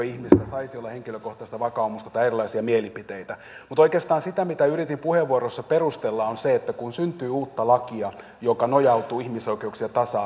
ihmisillä saisi olla henkilökohtaista vakaumusta tai erilaisia mielipiteitä mutta oikeastaan se mitä yritin puheenvuorossa perustella on se että kun syntyy uutta lakia joka nojautuu ihmisoikeuksiin ja tasa